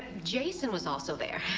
jason was also there.